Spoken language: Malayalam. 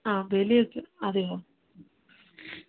ആ വില ഒക്കെ അതെയോ ഹമ്